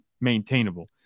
maintainable